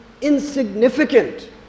insignificant